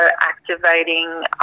activating